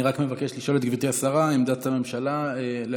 אני רק מבקש לשאול את גברתי השרה: עמדת הממשלה לאפשר,